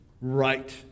Right